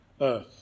earth